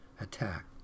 attack